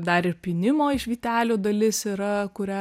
dar ir pynimo iš vytelių dalis yra kurią